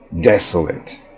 Desolate